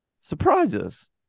surprises